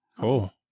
cool